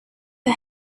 her